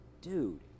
dude